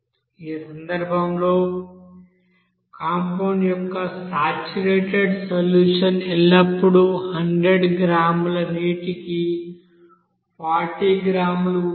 ఈ సందర్భంలో కాంపౌండ్ యొక్క సాచురేటెడ్ సొల్యూషన్ ఎల్లప్పుడూ 100 గ్రాముల నీటికి 40 గ్రాములు ఉంటుంది